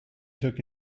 took